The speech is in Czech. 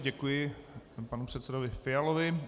Děkuji panu předsedovi Fialovi.